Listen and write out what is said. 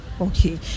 Okay